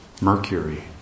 mercury